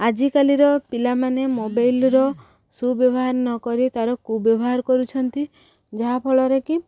ଆଜିକାଲିର ପିଲାମାନେ ମୋବାଇଲର ସୁବ୍ୟବହାର ନକରି ତାର କୁବ୍ୟବହାର କରୁଛନ୍ତି ଯାହାଫଳରେକି